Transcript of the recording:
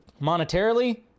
monetarily